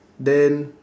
then